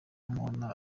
mbona